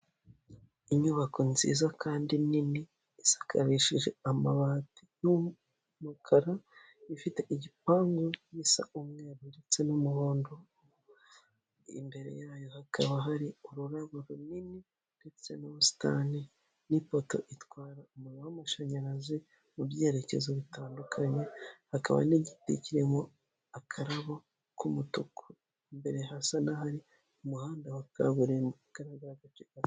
Inyubako nziza kandi nini isakarishije amabati n'umukara ifite igipangu gisa umweru ndetse n'umuhondo imbere yayo hakaba hari ururabo runini ndetse n'ubusitani n'ipoto itwara umuriro w'amashanyarazi mu byerekezo bitandukanye hakaba n'igiti kiririmo akarabo k'umutuku imbere hasa n'ahari umuhanda wa kaburimbo ugaragara hagati gato.